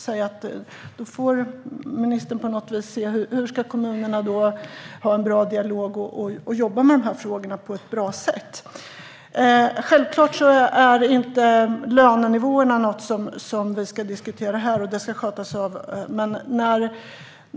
Han måste på något vis se till att kommunerna har en bra dialog och jobbar med frågorna på ett bra sätt. Självklart är inte lönenivåerna något som vi ska diskutera här. Det ska skötas av andra.